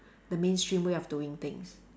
the mainstream way of doing things